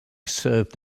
served